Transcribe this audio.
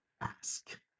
ask